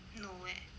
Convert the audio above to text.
no leh